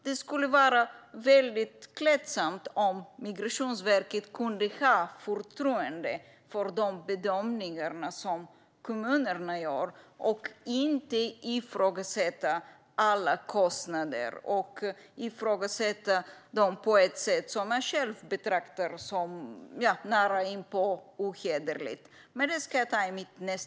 Det skulle vara klädsamt om Migrationsverket kunde ha förtroende för de bedömningar som kommunerna gör och om de inte ifrågasatte alla kostnader, på ett sätt som man själv betraktar som närapå ohederligt.